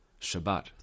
Shabbat